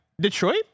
Detroit